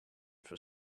for